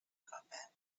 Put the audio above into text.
combat